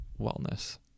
wellness